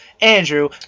Andrew